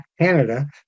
Canada